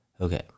okay